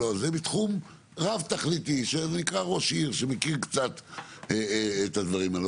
מתחום רב תכליתי שנקרא ראש עיר שמכיר קצת את הדברים האלה,